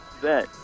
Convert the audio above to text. Bet